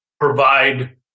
provide